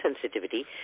sensitivity